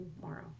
tomorrow